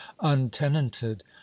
untenanted